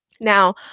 Now